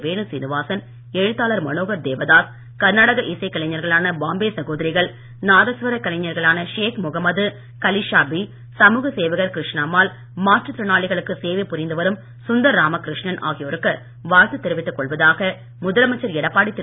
van Srinivasan எழுத்தாளர் மனோகர் தேவதாஸ் கர்நாடக இசை கலைஞர்களான பாம்பே சகோதரிகள் நாதஸ்வர கலைஞர்களான ஷேக் முகமது கலிஷாபி சமூக சேவகர் கிருஷ்ணம்மாள் மாற்றுத் திறனாளிகளுக்கு சேவை புரிந்து வரும் சுந்தர் ராம கிருஷ்ணன் ஆகியோருக்கு வாழ்த்து தெரிவித்துக் கொள்வதாக முதலமைச்சர் எடப்பாடி திரு